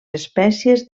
espècies